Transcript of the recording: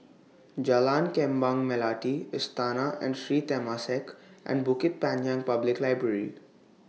Jalan Kembang Melati Istana and Sri Temasek and Bukit Panjang Public Library